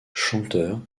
chanteur